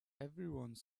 everyone